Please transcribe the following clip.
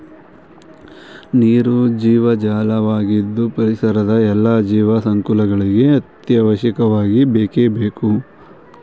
ನೀರು ಜೀವಜಲ ವಾಗಿದ್ದು ಪರಿಸರದ ಎಲ್ಲಾ ಜೀವ ಸಂಕುಲಗಳಿಗೂ ಅತ್ಯವಶ್ಯಕವಾಗಿ ಬೇಕೇ ಬೇಕು